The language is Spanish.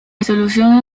disolución